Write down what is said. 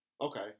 Okay